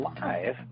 live